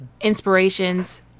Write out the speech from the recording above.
inspirations